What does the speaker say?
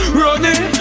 running